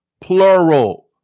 plural